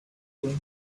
once